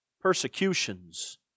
persecutions